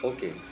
Okay